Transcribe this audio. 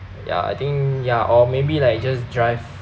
ya I think ya or maybe like just drive